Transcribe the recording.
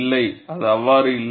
இல்லை அது அவ்வாறு இல்லை